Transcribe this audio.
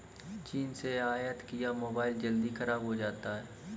चीन से आयत किया मोबाइल जल्दी खराब हो जाता है